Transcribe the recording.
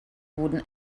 wurden